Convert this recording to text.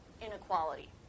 inequality